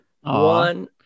one